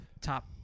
top